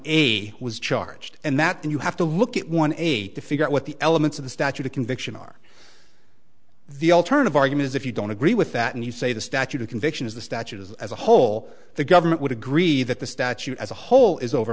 one was charged and that you have to look at one eight to figure out what the elements of the statute of conviction are the alternative argument is if you don't agree with that and you say the statute of conviction is the statute is as a whole the government would agree that the statute as a whole is over